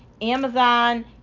Amazon